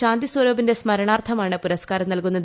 ശാന്തി സ്വരൂപിന്റെ സ്മരണാർത്ഥമാണ് പുരസ്കാരം നൽകുന്നത്